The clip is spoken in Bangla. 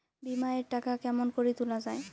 বিমা এর টাকা কেমন করি তুলা য়ায়?